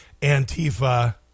Antifa